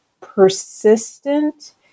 persistent